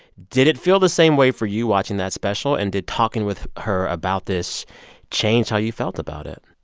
did it feel the same way for you watching that special? and did talking with her about this change how you felt about it?